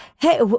hey